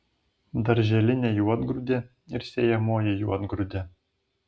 darželinė juodgrūdė ir sėjamoji juodgrūdė